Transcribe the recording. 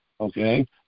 Okay